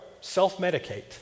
self-medicate